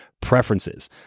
preferences